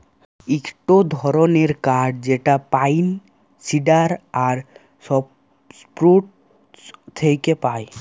ইকটো ধরণের কাঠ যেটা পাইন, সিডার আর সপ্রুস থেক্যে পায়